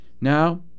Now